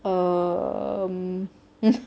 um